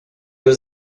was